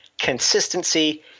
consistency